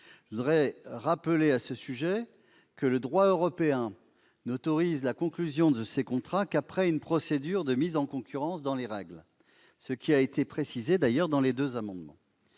Je voudrais rappeler à ce sujet que le droit européen n'autorise la conclusion de ces contrats qu'après une procédure de mise en concurrence dans les règles. Cela est précisé dans les deux amendements.